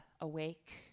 awake